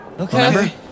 Okay